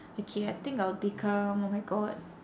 okay I think I'll become oh my god